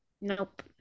Nope